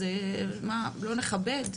לא נכבד?